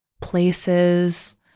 places